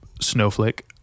Snowflake